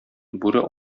бүре